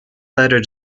letter